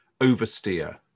oversteer